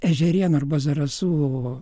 ežerėnų arba zarasų